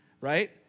right